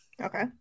Okay